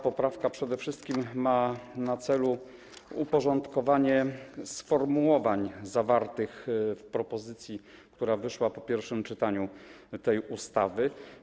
Poprawka przede wszystkim ma na celu uporządkowanie sformułowań zwartych w propozycji, która wyszła po pierwszym czytaniu tego projektu ustawy.